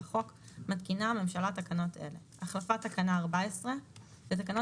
מתקינה הממשלה תקנות אלה: החלפת תקנה 14 1. בתקנות